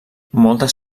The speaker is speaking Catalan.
moltes